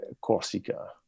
Corsica